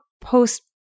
post